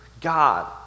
God